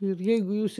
ir jeigu jūs